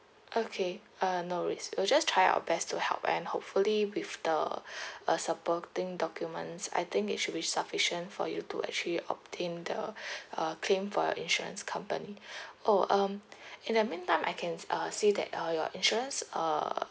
okay ah no risk we'll just try our best to help and hopefully with the uh supporting documents I think it should be sufficient for you to actually obtain the uh claim for your insurance company oh um in the meantime I can uh see that uh your insurance err